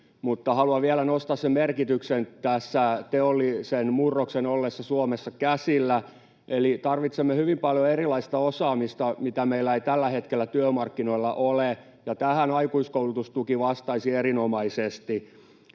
haluan vielä nostaa sen merkityksen teollisen murroksen ollessa Suomessa käsillä. Tarvitsemme hyvin paljon erilaista osaamista, mitä meillä ei tällä hetkellä työmarkkinoilla ole, ja tähän aikuiskoulutustuki vastaisi erinomaisesti.